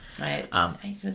Right